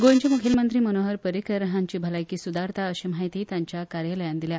गोयचे मुखेलमंत्री मनोहर पर्रिकर हांची भलायकी सुदारता अशी म्हायती तांच्या कार्यालयान दिल्या